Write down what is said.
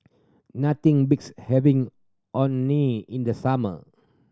nothing beats having Orh Nee in the summer